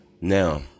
Now